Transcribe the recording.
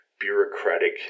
bureaucratic